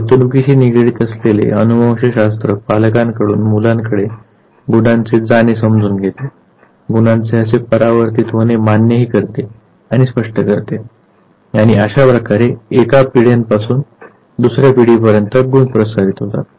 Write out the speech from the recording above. वर्तणूकीशी निगडीत असलेले अनुवंशशास्त्र पालकांकडून मुलांकडे गुणांचे जाणे समजून घेते गुणांचे असे परावर्तीत होणे मान्यही करते आणि स्पष्ट करते आणि अशा प्रकारे एका पिढ्यापासून दुसर्या पिढीपर्यंत गुण प्रसारित होतात